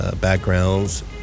Backgrounds